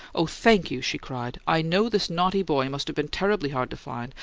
oh, thank you! she cried. i know this naughty boy must have been terribly hard to find.